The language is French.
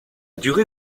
durée